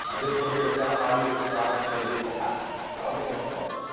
and this one here is not audio described, but it is captioned, so i'm going to hit play.